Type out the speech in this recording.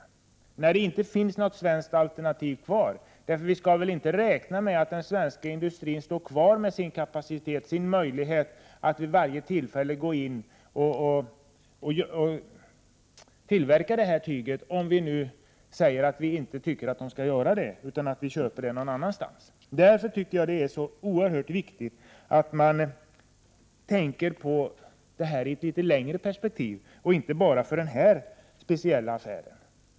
Då kanske det inte finns något svenskt alternativ kvar. Om vi säger att tyget skall köpas någon annanstans, kan vi inte räkna med att den svenska industrin finns kvar med sin kapacitet och sin möjlighet att vid varje tillfälle vara beredd att tillverka detta tyg. Det är därför som jag anser att det är så oerhört viktigt att man beaktar frågan i ett något längre perspektiv, och inte bedömer den med utgångspunkt enbart i den här speciella affären.